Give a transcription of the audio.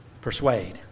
persuade